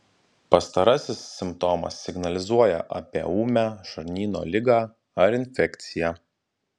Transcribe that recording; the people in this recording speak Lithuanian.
pastarasis simptomas signalizuoja apie ūmią žarnyno ligą ar infekciją